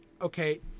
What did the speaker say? okay